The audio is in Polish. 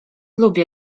lubię